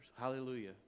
Hallelujah